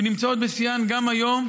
ונמצאות בשיאן גם היום,